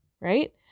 Right